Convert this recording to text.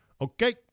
okay